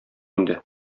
инде